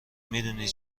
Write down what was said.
میدونی